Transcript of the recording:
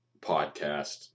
podcast